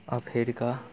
Africa